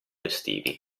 estivi